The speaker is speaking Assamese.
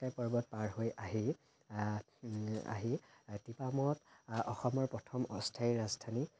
পাটকাই পৰ্বত পাৰ হৈ আহি আহি টিপামত অসমত প্ৰথম অস্থায়ী ৰাজধানী